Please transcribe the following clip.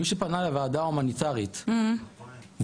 מי שפנה לוועדה הומניטרית ונדחה,